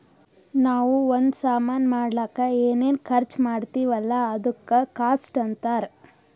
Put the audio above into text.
ನಾವೂ ಒಂದ್ ಸಾಮಾನ್ ಮಾಡ್ಲಕ್ ಏನೇನ್ ಖರ್ಚಾ ಮಾಡ್ತಿವಿ ಅಲ್ಲ ಅದುಕ್ಕ ಕಾಸ್ಟ್ ಅಂತಾರ್